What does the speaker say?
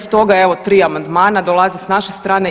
Stoga evo 3 amandmana dolaze s naše strane.